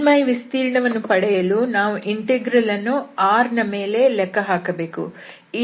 ಮೇಲ್ಮೈ ವಿಸ್ತೀರ್ಣವನ್ನು ಪಡೆಯಲು ನಾವು ಈ ಇಂಟೆಗ್ರಲ್ ಅನ್ನು R ನ ಮೇಲೆ ಲೆಕ್ಕ ಹಾಕಬೇಕು